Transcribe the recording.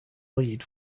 lead